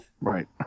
Right